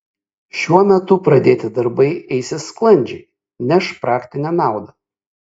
šiuo metu pradėti darbai eisis sklandžiai neš praktinę naudą